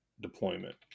deployment